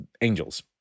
angels